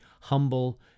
humble